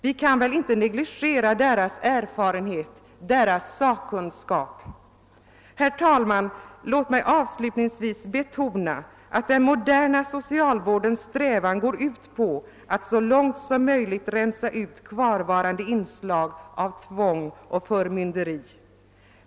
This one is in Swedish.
Vi kan väl inte negligera deras erfarenhet, deras sakkunskap? Herr talman! Låt mig avslutningsvis betona att den moderna socialvårdens strävan går ut på att så långt som möjligt rensa ut kvarvarande inslag av tvång och förmynderi.